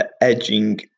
edging